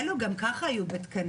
אלו גם ככה היו בתקנים.